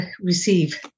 receive